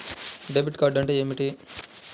Debit card అంటే ఏమిటి?